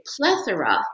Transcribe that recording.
plethora